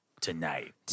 Tonight